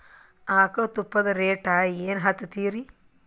ಆಕಳ ತುಪ್ಪದ ರೇಟ್ ಏನ ಹಚ್ಚತೀರಿ?